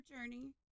journey